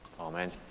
Amen